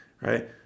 right